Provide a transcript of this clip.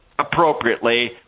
appropriately